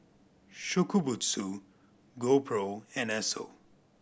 Shokubutsu GoPro and Esso